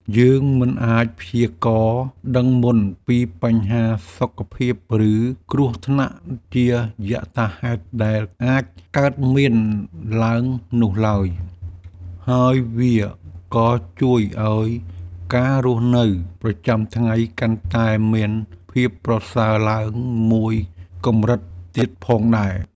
យើងមិនអាចព្យាករណ៍ដឹងមុនពីបញ្ហាសុខភាពឬគ្រោះថ្នាក់ជាយថាហេតុដែលអាចកើតមានឡើងនោះឡើយ។ ហើយវាក៏ជួយឱ្យការរស់នៅប្រចាំថ្ងៃកាន់តែមានភាពប្រសើរឡើងមួយកម្រិតទៀតផងដែរ។